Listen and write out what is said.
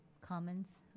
comments